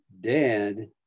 Dad